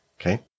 Okay